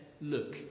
look